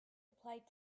applied